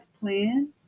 plan